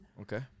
Okay